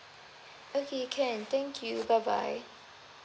okay can thank you bye bye